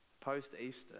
Post-Easter